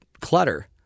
clutter